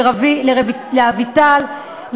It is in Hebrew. לאביטל,